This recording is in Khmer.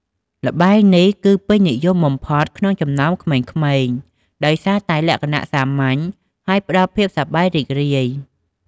ល្បែងនេះ គឺពេញនិយមបំផុតក្នុងចំណោមក្មេងៗ ដោយសារតែលក្ខណៈសាមញ្ញ ហើយផ្ដល់ភាពសប្បាយរីករាយ។